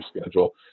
schedule